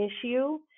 issue